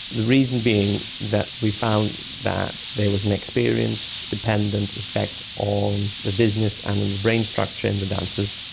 the reason being that we found that there was an experience dependent effect on the dizziness and the brain structure in the dancers,